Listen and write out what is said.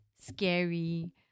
scary